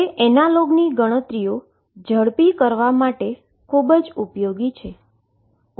જે એનાલોગ ગણતરીઓ ઝડપી કરવા માટે તે ખૂબ જ ઉપયોગી છે